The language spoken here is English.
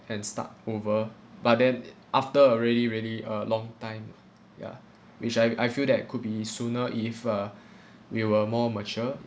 and start over but then after a really really uh long time lah ya which I I feel that could be sooner if uh we were more mature